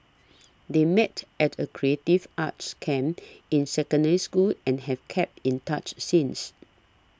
they met at a creative arts camp in Secondary School and have kept in touch since